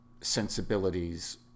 sensibilities